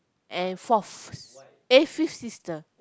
and fourth eh fifth sister